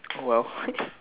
oh well